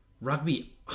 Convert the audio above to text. Rugby